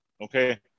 okay